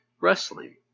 wrestling